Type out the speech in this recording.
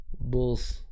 Bulls